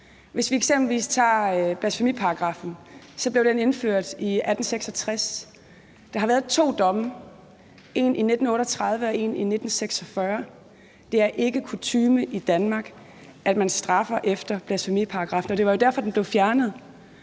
Hvis vi eksempelvis tager blasfemiparagraffen, blev den indført i 1866, og der har været to domme; en dom i 1938 og en i 1946. Det er ikke kutyme i Danmark, at man straffer efter blasfemiparagraffen, og det var jo derfor, at den blev fjernet.